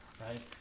right